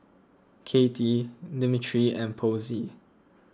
Katy Dimitri and Posey